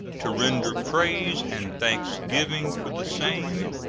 to render praise and thanksgiving for the same,